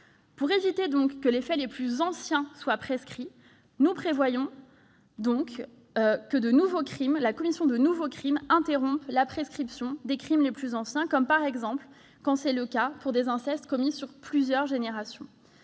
pour éviter que les faits les plus anciens ne soient prescrits, nous proposons que la commission de nouveaux crimes interrompe la prescription des crimes les plus anciens. Il peut s'agir, par exemple, de faits d'inceste commis sur plusieurs générations.